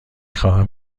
خواهم